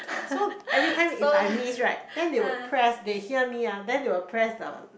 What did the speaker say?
so every time if I miss right then they will press they hear me ah then they will press the